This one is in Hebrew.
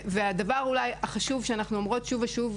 והדבר אולי החשוב שאנחנו אומרות שוב ושוב,